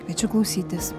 kviečiu klausytis